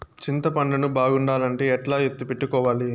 చింతపండు ను బాగుండాలంటే ఎట్లా ఎత్తిపెట్టుకోవాలి?